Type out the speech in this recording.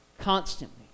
Constantly